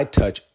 touch